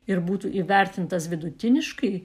ir būtų įvertintas vidutiniškai